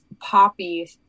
poppy